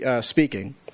speaking